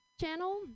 channel